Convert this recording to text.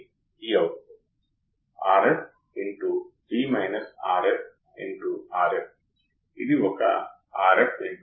కాబట్టి దీని అర్థం ఏమిటంటే ఒకవేళ నా వద్ద Ib1 Ib2 ఉంటే చిన్న మొత్తంలో కరెంట్ ఉంటుంది ఎందుకంటే బయాస్ కరెంట్ లు ఎప్పుడూ ఒకేలా ఉండలేవు సరియైనది